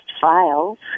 files